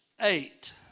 eight